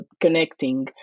connecting